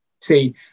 See